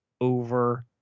over